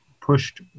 pushed